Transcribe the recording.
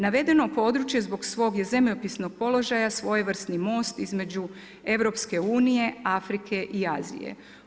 Navedeno područje zbog svog zemljopisnog položaja svojevrsni most između EU, Afrike i Azije.